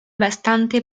bastante